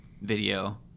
video